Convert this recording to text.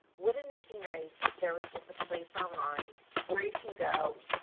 wouldn't it be nice if there was just a place online where you can go,